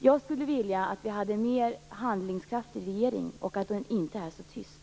Jag skulle vilja att regeringen visade mer handlingskraft och att den inte är så tyst.